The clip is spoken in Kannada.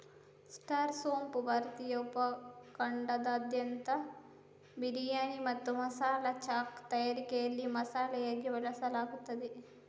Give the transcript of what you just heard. ಸ್ಟಾರ್ ಸೋಂಪು ಭಾರತೀಯ ಉಪ ಖಂಡದಾದ್ಯಂತ ಬಿರಿಯಾನಿ ಮತ್ತು ಮಸಾಲಾ ಚಾಯ್ ತಯಾರಿಕೆಯಲ್ಲಿ ಮಸಾಲೆಯಾಗಿ ಬಳಸಲಾಗುತ್ತದೆ